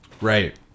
Right